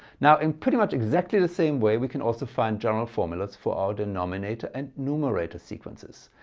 now in pretty much exactly the same way we can also find general formulas for our denominator and numerator sequences.